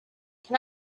can